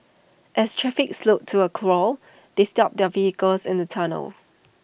as traffic slowed to A crawl they stopped their vehicle in the tunnel